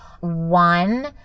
one